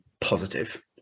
positive